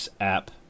app